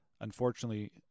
Unfortunately